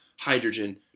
hydrogen